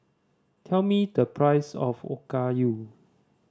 tell me the price of Okayu